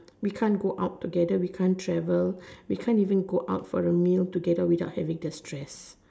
we can't go out together we can't travel we can't even go out for a meal together without having the stress